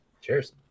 Cheers